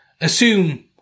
assume